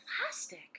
plastic